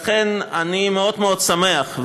לכן אני מאוד שמח,